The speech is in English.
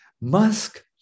musk